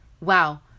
wow